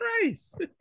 Christ